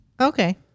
Okay